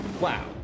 Wow